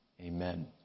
Amen